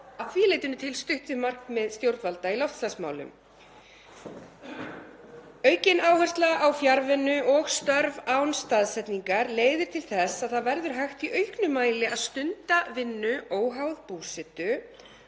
leytinu til stutt við markmið stjórnvalda í loftslagsmálum. Aukin áhersla á fjarvinnu og störf án staðsetningar leiðir til þess að það verður hægt í auknum mæli að stunda vinnu óháð búsetu.